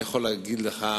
למה אני קצת מודאג מהתשובה